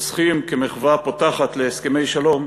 רוצחים, כמחווה פותחת להסכמי שלום,